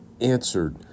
answered